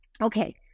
okay